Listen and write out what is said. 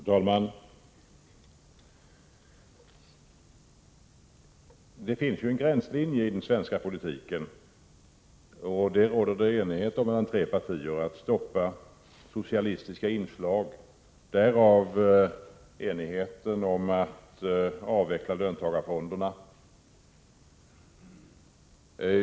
Fru talman! Det finns en gränslinje i den svenska politiken som innebär att det råder enighet mellan tre partier om att man skall stoppa socialistiska inslag — därav enigheten om att avveckla löntagarfonderna.